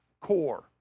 core